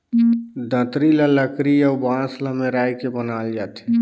दँतरी ल लकरी अउ बांस ल मेराए के बनाल जाथे